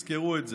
תזכרו את זה.